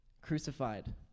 crucified